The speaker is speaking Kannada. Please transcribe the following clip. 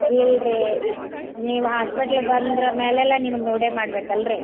ಇಲ್ರಿ ನೀವು ಹಾಸ್ಪೆಟ್ಲ್ಗೆ ಬಂದ್ರೆ ಮೇಲೆಲೆ ನಿಮಗೆ ನೋಡೇ ಮಾಡ್ಬೇಕಲ್ಲಾ ರೀ